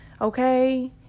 okay